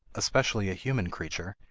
especially a human creature,